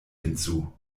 hinzu